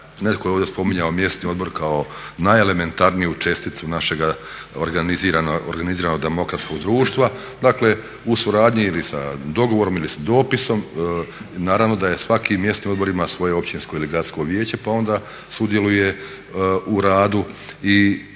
netko je ovdje spominjao mjesni odbor kao najelementarniju česticu našega organiziranog demokratskog društva, dakle u suradnji ili sa dogovorom ili sa dopisom. Naravno da svaki mjesni odbor ima svoje općinsko ili gradsko vijeće pa onda sudjeluje u radu i